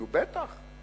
נו, בטח.